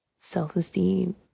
self-esteem